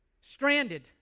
stranded